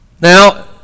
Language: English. Now